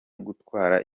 gutwara